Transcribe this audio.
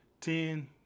Ten